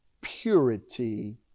purity